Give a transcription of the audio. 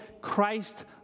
Christ